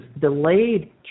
delayed